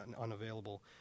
unavailable